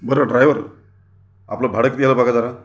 बरं ड्राइवर आपलं भाडं किती झालं बघा जरा